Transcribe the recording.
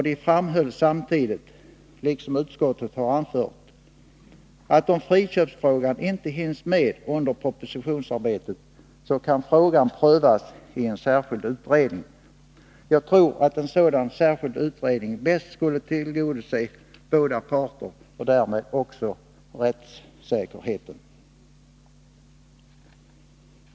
De framhöll samtidigt — det har utskottet också anfört — att om friköpsfrågan inte hinns med under propositionsarbetet, kan frågan prövas i en särskild utredning. Jag tror att en sådan särskild utredning bäst skulle tillgodose båda parters önskemål och därmed också rättssäkerheten.